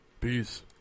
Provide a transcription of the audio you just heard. peace